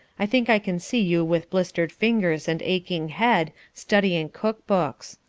i think i can see you with blistered fingers and aching head, studying cook-books.